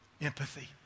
Empathy